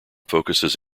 focuses